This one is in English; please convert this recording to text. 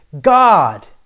God